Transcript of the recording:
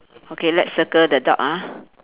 okay let's circle the dog ah